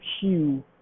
hue